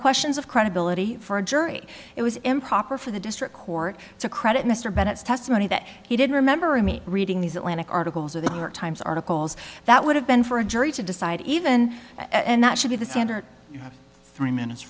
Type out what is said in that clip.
questions of credibility for a jury it was improper for the district court to credit mr bennett's testimony that he didn't remember me reading these atlantic articles or the york times articles that would have been for a jury to decide even and that should be the standard you have three minutes